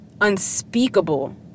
unspeakable